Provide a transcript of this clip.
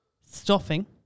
stuffing